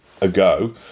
ago